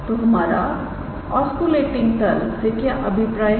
तो हमारा ऑस्किलेटिंग तल से क्या अभिप्राय है